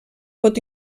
pot